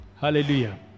Hallelujah